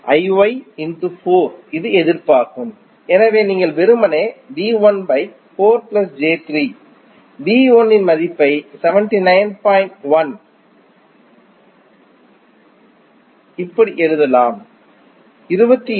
I Y 4 இது எதிர்ப்பாகும் எனவே நீங்கள் வெறுமனே V 1 4 j3 V 1 இன் மதிப்பை 79